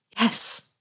yes